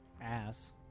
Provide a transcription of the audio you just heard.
Ass